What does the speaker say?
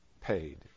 paid